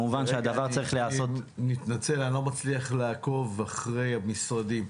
רגע, אני מתנצל, אני לא מצליח לעקוב אחרי המשרדים.